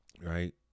right